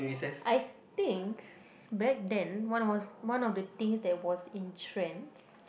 I think back then one was one of the thing that was in trend